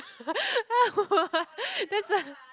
that's what